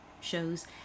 shows